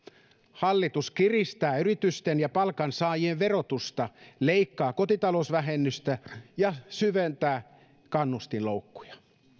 hallitus kiristää yritysten ja palkansaajien verotusta leikkaa kotitalousvähennystä ja syventää kannustinloukkuja